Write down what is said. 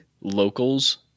locals